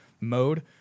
mode